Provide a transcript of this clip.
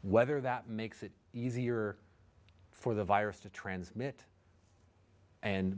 whether that makes it easier for the virus to transmit and